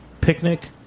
picnic